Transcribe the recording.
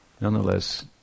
nonetheless